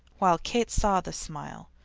while kate saw the smile.